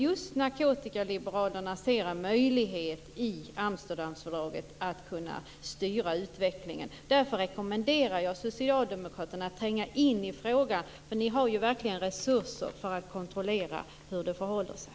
Just narkotikaliberalerna ser i Amsterdamfördraget en möjlighet att styra utvecklingen. Därför rekommenderar jag er socialdemokrater att tränga in i frågan. Ni har ju verkligen resurser att kontrollera hur det förhåller sig.